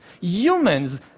humans